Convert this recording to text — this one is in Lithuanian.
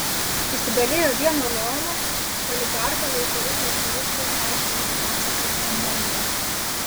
įsigalėjo vieno luomo oligarchų bei politinės korupcijos saistomos klasės hegemonija